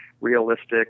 realistic